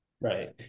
right